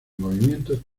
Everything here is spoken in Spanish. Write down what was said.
movimientos